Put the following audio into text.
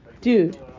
Dude